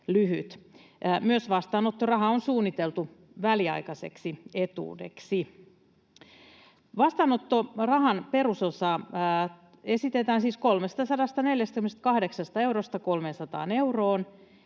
Myös vastaanottoraha on suunniteltu väliaikaiseksi etuudeksi. Vastaanottorahan perusosaa esitetään siis laskettavan 348 eurosta 300 euroon